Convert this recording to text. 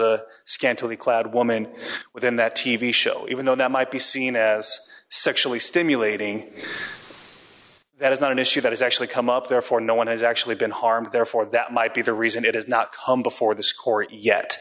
a scantily clad woman within that t v show even though that might be seen as sexually stimulating that is not an issue that has actually come up therefore no one has actually been harmed therefore that might be the reason it has not come before this court yet